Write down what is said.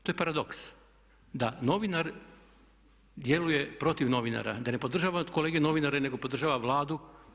To je paradoks, da novinar djeluje protiv novinara, da ne podržava kolege novinare nego podržava Vladu.